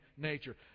nature